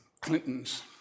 Clinton's